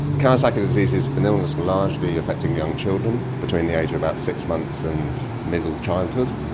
kawasaki disease is an illness largely affecting young children between the age of about six months and middle childhood,